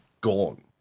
gone